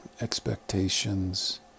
expectations